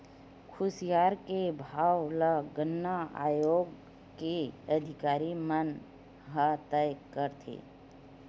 खुसियार के भाव ल गन्ना आयोग के अधिकारी मन ह तय करथे